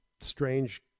strange